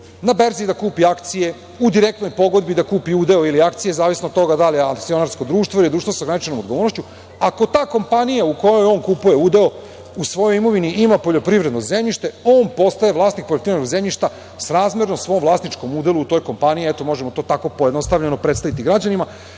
na berzi da kupi akcije, u direktnoj pogodbi da kupi udeo ili akcije, zavisno od toga da li je akcionarsko društvo ili društvo sa ograničenom odgovornošću. Ako ta kompanija u kojoj on kupuje udeo u svojoj imovini ima poljoprivredno zemljište on postaje vlasnik poljoprivrednog zemljšta srazmerno svom vlasničkom udelu u toj kompaniji. Eto, možemo to tako pojednostavljeno predstaviti građanima. Prema